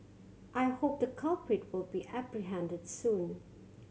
I hope the culprit will be apprehended soon